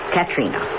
Katrina